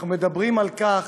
אנחנו מדברים על כך